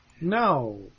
No